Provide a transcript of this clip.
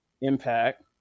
Impact